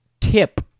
tip